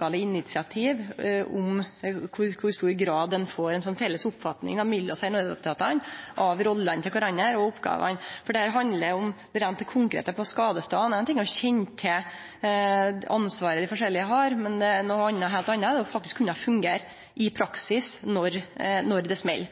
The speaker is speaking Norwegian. lokale initiativ i kor stor grad ein får ei felles oppfatning mellom naudetatane av kvarandre sine roller og oppgåver, for dette handlar om den konkrete situasjonen på skadestaden. Ein ting er å kjenne til det ansvaret dei forskjellige har, men noko heilt anna er det faktisk å kunne fungere i praksis når det smeller,